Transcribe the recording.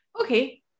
Okay